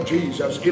Jesus